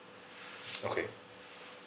okay